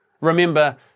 Remember